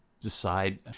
decide